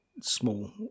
small